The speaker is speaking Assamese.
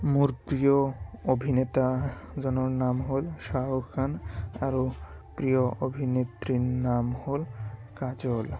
মোৰ প্ৰিয় অভিনেতাজনৰ নাম হ'ল শ্বাহৰুখ খান আৰু প্ৰিয় অভিনেত্ৰীৰ নাম হ'ল কাজল